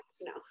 no